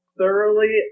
thoroughly